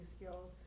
skills